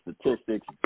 statistics